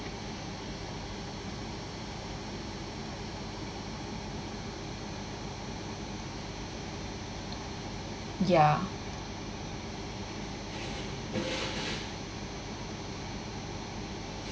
ya